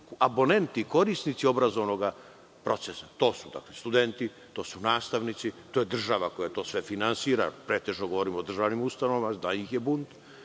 koji su korisnici obrazovnog procesa. To su studenti, nastavnici, država koja sve to finansira, pretežno govorim o državnim ustanovama, jer ih je puno